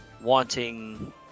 wanting